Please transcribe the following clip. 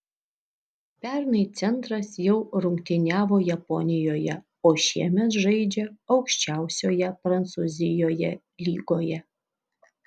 pernai centras jau rungtyniavo japonijoje o šiemet žaidžia aukščiausioje prancūzijoje lygoje